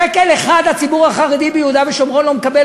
שקל אחד הציבור החרדי ביהודה ושומרון לא מקבל,